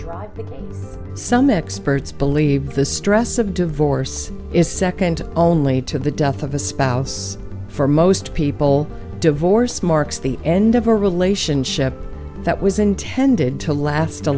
drive because some experts believe the stress of divorce is second only to the death of a spouse for most people divorce marks the end of a relationship that was intended to last a